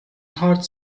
heart